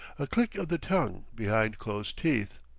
a click of the tongue behind closed teeth.